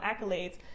accolades